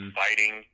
fighting